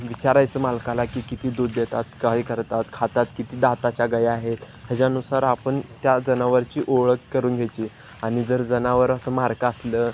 विचारायचं मालकाला की किती दूध देतात काही करतात खातात किती दाताच्या गाई आहेत ह्याच्यानुसार आपण त्या जनावराची ओळख करून घ्यायची आणि जर जनावर असं मारकं असलं